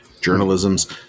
journalism's